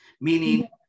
meaning